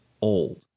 old